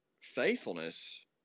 faithfulness